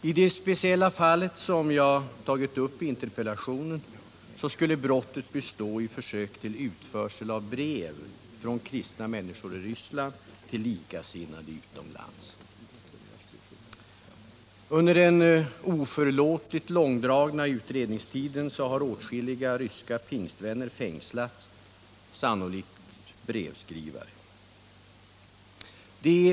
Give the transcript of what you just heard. I det speciella fall som jag tagit upp i interpellationen skulle brottet bestå i försök till utförsel av brev från kristna människor i Ryssland till likasinnade utomlands. Under den oförlåtligt långdragna utredningstiden har åtskilliga ryska pingstvänner, sannolikt brevskrivare, fängslats.